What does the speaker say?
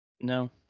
No